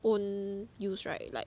own use right like